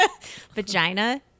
vagina